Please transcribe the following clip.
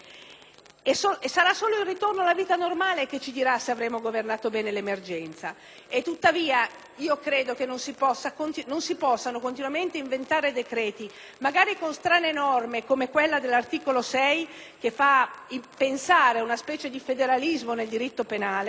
E sarà solo il ritorno alla vita normale a dirci se avremo gestito bene l'emergenza. Credo che non si possano continuamente inventare decreti, magari con strane norme (come quella contenuta nell'articolo 6, che fa pensare ad una specie di federalismo nel diritto penale)